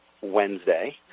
Wednesday